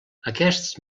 aquests